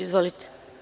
Izvolite.